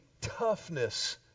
toughness